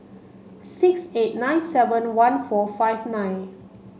six eight nine seven one four five nine